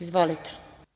Izvolite.